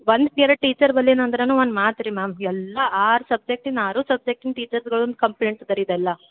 ಒಂದು period teacher ಬರಲಿಲ್ಲ ಅಂದ್ರೂ ಒಂದು ಮಾತು ರೀ ಮ್ಯಾಮ್ ಎಲ್ಲ ಆರು ಸಬ್ಜೆಕ್ಟಿನ ಆರೂ ಸಬ್ಜೆಕ್ಟಿನ ಟೀಚರ್ಸುಗಳಿಂದ ಕಂಪ್ಲೇಂಟ್ ಇದೆ ರೀ ಇದೆಲ್ಲ